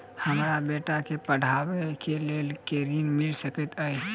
हमरा बेटा केँ पढ़ाबै केँ लेल केँ ऋण मिल सकैत अई?